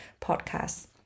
podcast